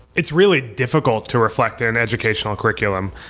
it's really difficult to reflect in an educational curriculum.